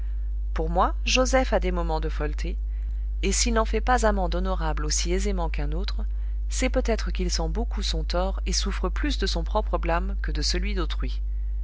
pour moi joseph a des moments de folleté et s'il n'en fait pas amende honorable aussi aisément qu'un autre c'est peut-être qu'il sent beaucoup son tort et souffre plus de son propre blâme que de celui d'autrui